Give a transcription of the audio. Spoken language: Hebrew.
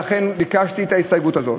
ולכן ביקשתי להעלות את ההסתייגות הזאת.